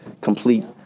Complete